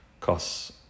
costs